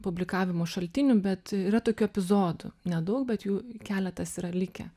publikavimo šaltinių bet yra tokių epizodų nedaug bet jų keletas yra likę